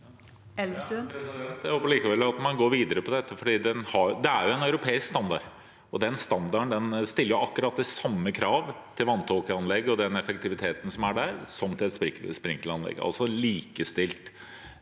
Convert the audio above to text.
det er en europeisk standard, og den standarden stiller akkurat de samme kravene til vanntåkeanlegg og effektiviteten som er der, som til et sprinkleranlegg.